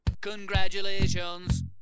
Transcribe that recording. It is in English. Congratulations